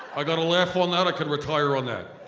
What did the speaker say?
i got a laugh on that? i could retire on that.